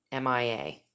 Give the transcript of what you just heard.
MIA